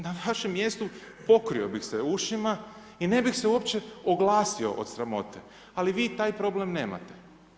na vašem mjestu, pokrio bih se ušima i ne bih se uopće oglasio od sramote, ali vi taj problem nemate.